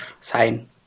sign